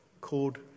called